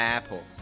Apple